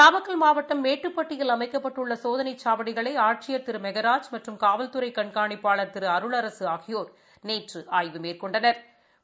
நாமக்கல் மாவட்டம் மேட்டுப்பட்டியில் அமைக்கப்பட்டுள்ள சோதனை சாவடிகளை ஆட்சியர் திரு மெகாராஜ் மற்றும் காவல்துறை கண்காணிப்பாளர் திரு அருள் அரசு ஆகியோர் நேற்று ஆய்வு மேற்கொண்டனா்